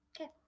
Okay